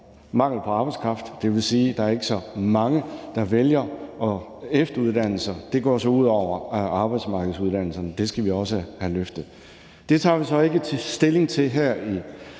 mangel på arbejdskraft, og det vil sige, at der ikke er så mange, der vælger at efteruddanne sig. Det går så ud over arbejdsmarkedsuddannelserne, og det skal vi også have løftet. Det tager vi så ikke stilling til her i